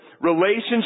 relationships